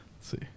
see